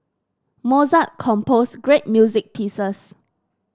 Mozart composed great music pieces